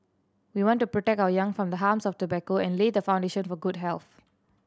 we want to protect our young from the harms of tobacco and lay the foundation for good health